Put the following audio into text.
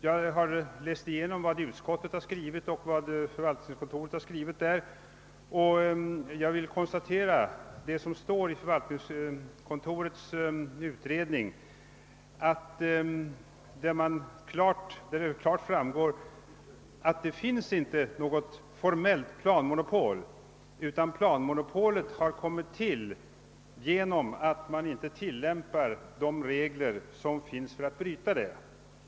Jag har läst igenom vad utskottet och förvaltningskontoret skrivit. Av förvaltningskontorets utredning framgår klart att det inte finns något formellt planmonopol, utan planmonopolet har kommit till på grund av att man inte tilllämpar de regler som finns för att bryta det.